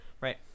right